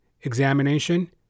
examination